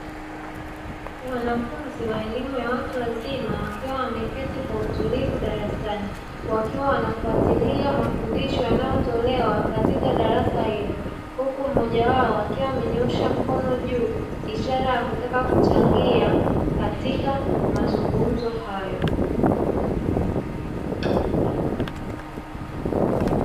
Wanafunzi wa elimu ya watu wazima, wakiwa wameketi kwa utulivu darasani, wakiwa wanafuatilia mafundisho yanayotolewa katika darasa hilo, huku mmoja wao akiwa amenyoosha mkono juu, ishara ya kutaka kuchangia katika mazungumzo hayo.